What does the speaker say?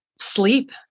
sleep